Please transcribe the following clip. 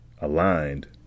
aligned